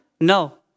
No